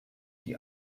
die